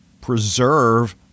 preserve